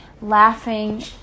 laughing